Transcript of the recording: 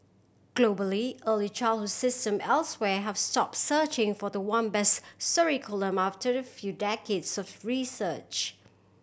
globally early childhood system elsewhere have stop searching for the one best curriculum after a few decades surf research